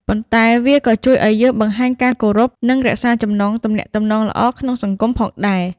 ប៉ុន្តែវាក៏ជួយឱ្យយើងបង្ហាញការគោរព និងរក្សាចំណងទំនាក់ទំនងល្អក្នុងសង្គមផងដែរ។